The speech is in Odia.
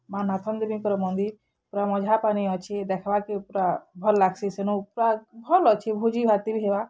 ମାଁ ନାଥନ୍ ଦେବୀଙ୍କର୍ ମନ୍ଦିର୍ ପୁରା ମଝାପାନି ଅଛି ଦେଖ୍ବାକେ ପୁରା ଭଲ୍ ଲାଗ୍ସି ସେନୁ ପୁରା ଭଲ୍ ଅଛେ ଭୋଜିପାତି ବି ହେବା